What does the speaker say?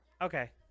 Okay